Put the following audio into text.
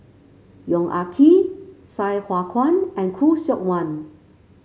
Yong Ah Kee Sai Hua Kuan and Khoo Seok Wan